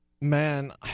Man